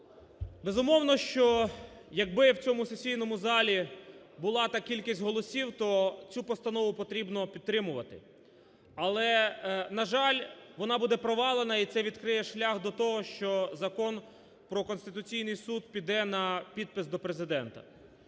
Безумовно, що якби в цьому сесійному залі була та кількість голосів, то цю постанову потрібно підтримувати. Але, на жаль, вона буде провалена, і це відкриє шлях до того, що Закон про Конституційний Суд піде на підпис до Президента.